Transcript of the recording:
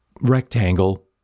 rectangle